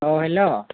hello